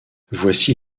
voici